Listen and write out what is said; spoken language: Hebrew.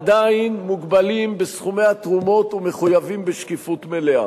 עדיין הם מוגבלים בסכומי התרומות ומחויבים בשקיפות מלאה.